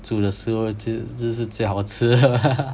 煮的食物就就是最好吃的